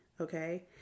Okay